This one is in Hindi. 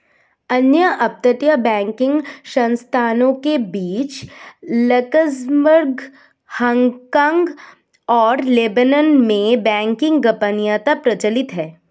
अन्य अपतटीय बैंकिंग संस्थानों के बीच लक्ज़मबर्ग, हांगकांग और लेबनान में बैंकिंग गोपनीयता प्रचलित है